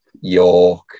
York